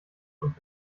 und